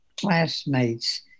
classmates